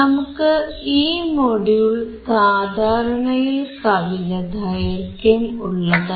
നമ്മുടെ ഈ മൊഡ്യൂൾ സാധാരണയിൽ കവിഞ്ഞ ദൈർഘ്യം ഉള്ളതായി